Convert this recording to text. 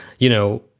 you know,